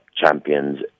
champions